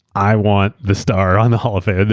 i want the star on the hall of fame.